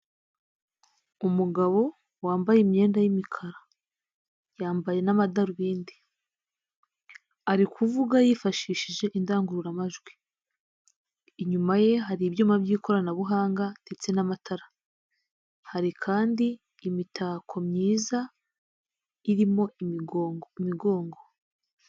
Umugabo wambaye imyenda y'imikara, yambaye n'amadarubindi, ari kuvuga yifashishije indangururamajwi, inyuma ye hari ibyuma by'ikoranabuhanga ndetse n'amatara, hari kandi imitako myiza irimo imigongo, imigongo.